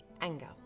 anger